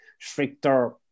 stricter